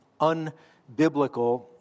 unbiblical